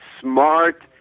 smart